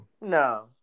No